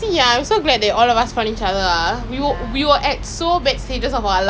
that's why I really wanna go back to secondary school sia if I could turn back time